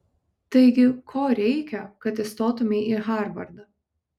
taigi ko reikia kad įstotumei į harvardą